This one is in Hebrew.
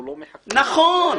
הוא לא מחכה --- נכון.